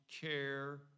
care